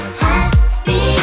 happy